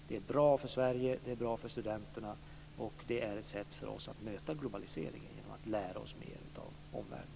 Det är bra för Sverige, det är bra för studenterna och det är ett sätt för oss att möta globaliseringen genom att lära oss mer av omvärlden.